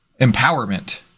empowerment